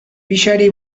pixari